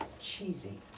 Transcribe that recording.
cheesy